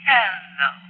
Hello